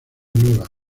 nueva